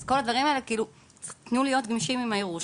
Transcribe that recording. כל הדברים האלה תנו להיות גמישים עם הערעור,